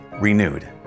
Renewed